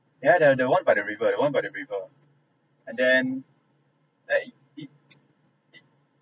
yeah the the [one] by the river the [one] by the river and then they it it